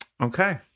Okay